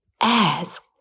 Ask